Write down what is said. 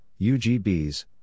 UGBs